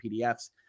PDFs